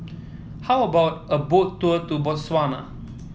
how about a Boat Tour to Botswana